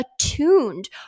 attuned